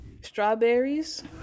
strawberries